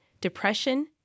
depression